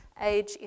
age